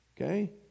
okay